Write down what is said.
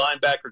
linebacker